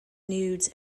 nudes